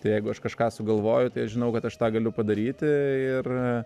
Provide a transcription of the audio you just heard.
tai jeigu aš kažką sugalvoju tai aš žinau kad aš tą galiu padaryti ir